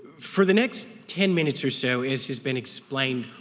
for the next ten minutes or so as has been explained,